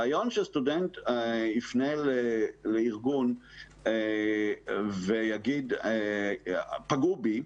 אבל הרעיון שסטודנט יפנה לארגון באופן אנונימי ויגיד "פגעו בי"